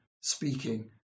speaking